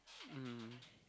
mm